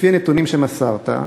לפי הנתונים שמסרת,